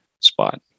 spot